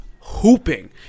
hooping